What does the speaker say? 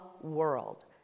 world